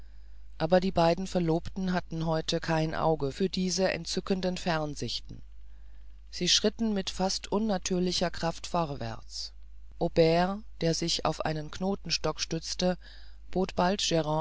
aber die beiden verlobten hatten heute kein auge für diese entzückenden fernsichten sie schritten mit fast unnatürlicher kraft vorwärts aubert der sich auf einen knotenstock stützte bot